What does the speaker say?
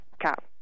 cap